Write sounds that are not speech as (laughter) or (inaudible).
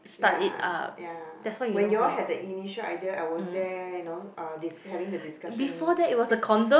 (noise) ya ya when you all had the initial idea I was there you know uh this having the discussion then (breath)